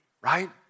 right